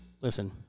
listen